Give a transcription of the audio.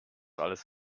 alles